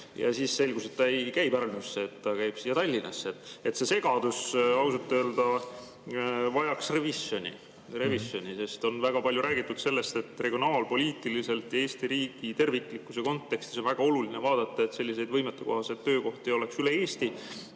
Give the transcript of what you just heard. Siis selgus, et ta ei käi Pärnus, et ta käib siin Tallinnas tööl. See segadus ausalt öelda vajaks revisjoni. On väga palju räägitud sellest, et regionaalpoliitiliselt ja Eesti riigi terviklikkuse kontekstis on väga oluline vaadata, et selliseid võimetekohaseid töökohti oleks üle Eesti.